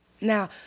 now